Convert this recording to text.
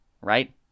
right